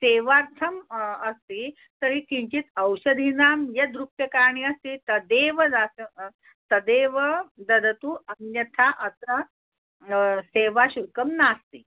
सेवार्थम् अस्ति तर्हि किञ्चित् औषधानां यद् रूप्यकाणि अस्ति तदेव दास्यतु तदेव ददतु अन्यथा अत्र सेवाशुल्कं नास्ति